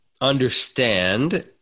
understand